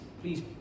please